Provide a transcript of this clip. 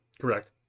Correct